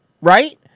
right